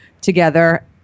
together